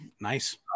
nice